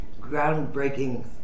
groundbreaking